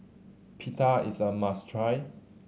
pita is a must try